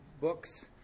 books